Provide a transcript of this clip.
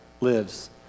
lives